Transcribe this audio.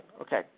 Okay